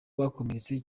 bakomeretse